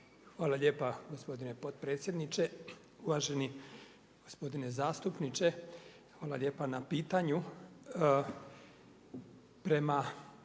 Hvala lijepa gospodine potpredsjedniče. Uvaženi gospodine zastupniče hvala lijepa na pitanju.